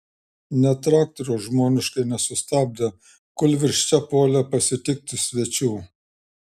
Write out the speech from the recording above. net traktoriaus žmoniškai nesustabdė kūlvirsčia puolė pasitikti svečių